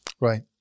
Right